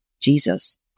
Jesus